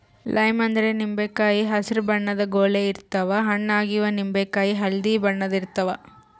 lime ಅಂದ್ರ ನಿಂಬಿಕಾಯಿ ಹಸ್ರ್ ಬಣ್ಣದ್ ಗೊಳ್ ಇರ್ತವ್ ಹಣ್ಣ್ ಆಗಿವ್ ನಿಂಬಿಕಾಯಿ ಹಳ್ದಿ ಬಣ್ಣದ್ ಇರ್ತವ್